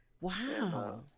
Wow